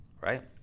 right